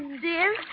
dear